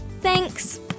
Thanks